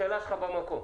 השאלה שלך במקום.